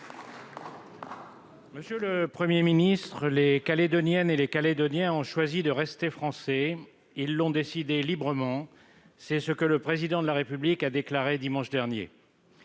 M. le Premier ministre. « Les Calédoniennes et les Calédoniens ont choisi de rester Français. Ils l'ont décidé librement. » C'est ce que le Président de la République a déclaré dimanche dernier.